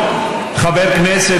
תודה, גברתי.